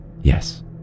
Yes